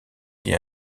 dit